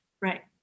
Right